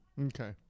Okay